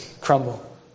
crumble